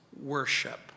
worship